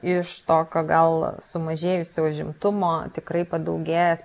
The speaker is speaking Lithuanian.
iš tokio gal sumažėjusio užimtumo tikrai padaugės